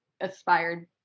aspired